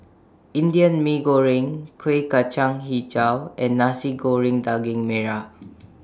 Indian Mee Goreng Kuih Kacang Hijau and Nasi Goreng Daging Merah